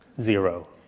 zero